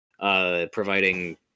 providing